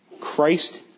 Christ